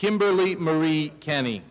kimberly marie kenny